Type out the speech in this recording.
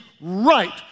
right